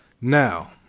now